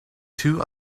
two